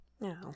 No